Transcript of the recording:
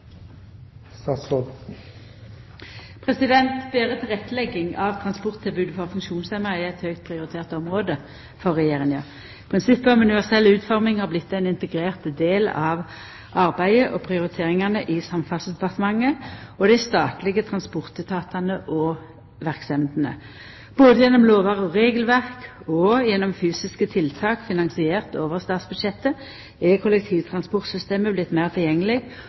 TT-ordninga nasjonalt. Betre tilrettelegging av transporttilbodet for funksjonshemma er eit høgt prioritert område for Regjeringa. Prinsippet om universell utforming har blitt ein integrert del av arbeidet og prioriteringane i Samferdselsdepartementet og dei statlege transportetatane og verksemdene. Både gjennom lover og regelverk og gjennom fysiske tiltak finansierte over statsbudsjettet er kollektivtransportsystemet blitt meir tilgjengeleg